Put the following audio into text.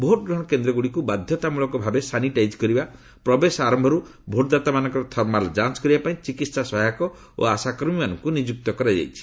ଭୋଟ୍ଗ୍ରହଣ କେନ୍ଦ୍ର ଗୁଡ଼ିକୁ ବାଧ୍ୟତାମୂଳକ ଭାବେ ସାନିଟାଇଜ୍ କରିବା ପ୍ରବେଶ ଆରମ୍ଭରୁ ଭୋଟ୍ଦାତାମାନଙ୍କର ଥର୍ମାଲ ଯାଞ୍ଚ କରିବା ପାଇଁ ଚିକିତ୍ସା ସହାୟକ ଓ ଆଶାକର୍ମୀମାନଙ୍କୁ ନିଯୁକ୍ତ କରାଯାଇଛି